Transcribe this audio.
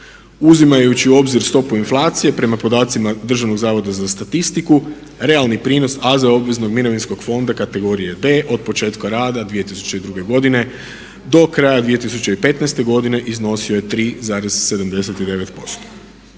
uzimajući u obzir stopu inflacije prema podacima Državnog zavoda za statistiku realni prinos AZ obveznog mirovinskog fonda kategorije B od početka rada 2002.godine do kraja 2015.godine iznosio je 3,79%.